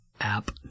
app